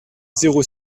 zéro